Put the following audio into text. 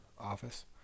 office